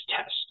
test